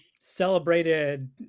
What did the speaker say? celebrated